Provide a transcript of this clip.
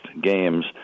games